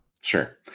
Sure